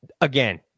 Again